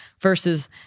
versus